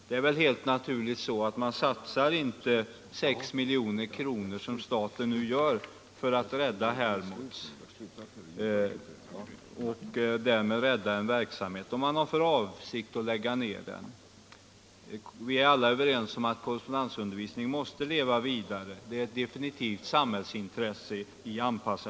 Det är helt naturligt att staten inte skulle satsa 6 miljoner för att rädda Hermods och den där bedrivna verksamheten om man hade för avsikt att lägga ner. Alla är överens om att korrespondensundervisningen måste leva vidare i anpassade former — det är ett definitivt samhällsintresse.